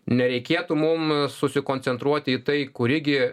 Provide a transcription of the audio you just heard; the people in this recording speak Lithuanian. nereikėtų mum susikoncentruoti į tai kuri gi